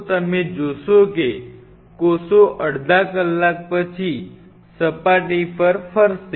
તો તમે જોશો કે કોષો અડધા કલાક પછી સપાટી પર ફરશે